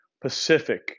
Pacific